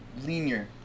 linear